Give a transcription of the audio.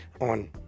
on